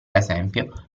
esempio